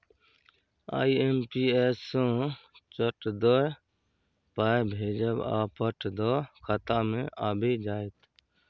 IMPS सँ चट दअ पाय भेजब आ पट दअ खाता मे आबि जाएत